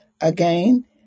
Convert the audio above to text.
again